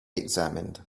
examined